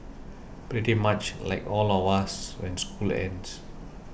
pretty much like all of us when school ends